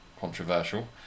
controversial